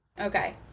Okay